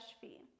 fee